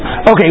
Okay